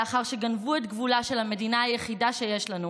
לאחר שגנבו את גבולה של המדינה היחידה שיש לנו,